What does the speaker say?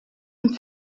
and